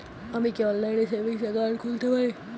আমি কি অনলাইন এ সেভিংস অ্যাকাউন্ট খুলতে পারি?